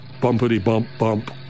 bumpity-bump-bump